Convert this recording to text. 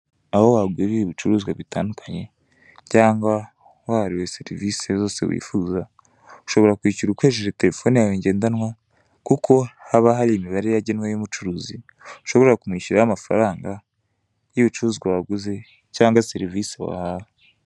Aha wagurira ibicuruzwa bitandukanye, cyangwa uhawe serivise zose wifuza, ushobora kwishyura ukoresheje telefone yawe ndendanwa, kuko haba hari imibare yagenwe y'umucuruzi ushobora kumwisyuriraho y'ibicuruzwa waguze cyangwa serivisi wahawe.